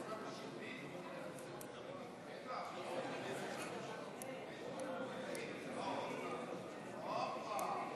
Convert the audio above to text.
הופה,